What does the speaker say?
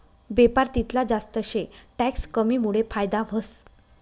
बेपार तितला जास्त शे टैक्स कमीमुडे फायदा व्हस